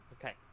Okay